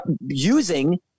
using